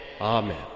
Amen